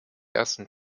ersten